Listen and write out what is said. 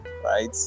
right